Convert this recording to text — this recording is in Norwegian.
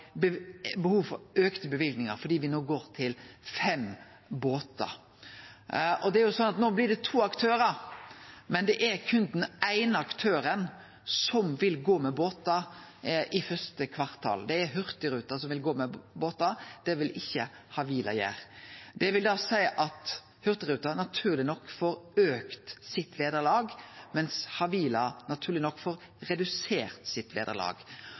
for auka løyvingar fordi me nå går over til fem båtar. Nå blir det to aktørar, men det er berre den eine aktøren som vil gå med båtar i første kvartal. Det er Hurtigruten som vil gå med båtar, det vil ikkje Havila gjere. Det vil seie at Hurtigruten naturleg nok får auka sitt vederlag, mens Havila naturleg nok får redusert sitt vederlag.